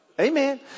Amen